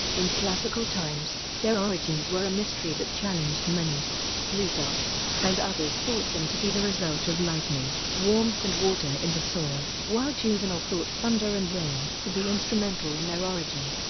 in classical times, their origins were a mystery that challenged many plutarch and others thought them to be the result of lightning, warmth and water in the soil, while juvenal thought thunder and rain to be instrumental in their origin.